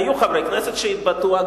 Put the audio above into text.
היו חברי כנסת שהתבטאו.